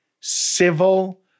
civil